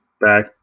back